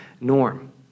norm